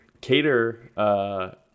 Cater